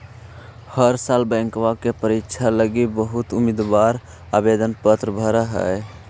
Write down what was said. हर साल बैंक के परीक्षा लागी बहुत उम्मीदवार आवेदन पत्र भर हई